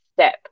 step